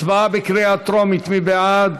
הצבעה בקריאה טרומית, מי בעד?